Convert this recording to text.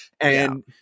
And-